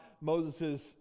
Moses